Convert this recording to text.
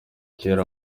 kera